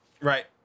Right